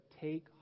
take